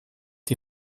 die